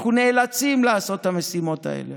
אנחנו נאלצים לעשות את המשימות האלה,